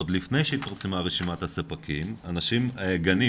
עוד לפני שהתפרסמה רשימת הספקים גנים